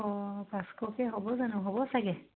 অঁ পাঁচশকে হ'ব জানো হ'ব চাগে